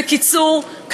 בקיצור,